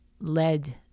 led